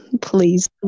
please